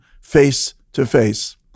face-to-face